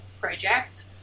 project